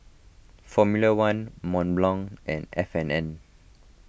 formula one Mont Blanc and F and N